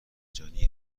مجانی